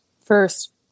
First